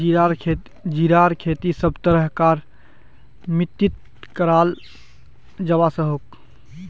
जीरार खेती सब तरह कार मित्तित कराल जवा सकोह